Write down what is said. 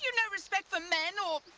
you know respect for men or